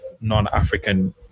non-African